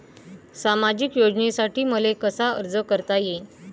सामाजिक योजनेसाठी मले कसा अर्ज करता येईन?